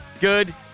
good